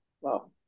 wow